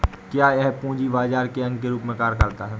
क्या यह पूंजी बाजार के अंग के रूप में कार्य करता है?